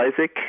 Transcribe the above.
isaac